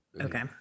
Okay